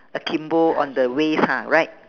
a timbo on the waist ha right